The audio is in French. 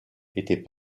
était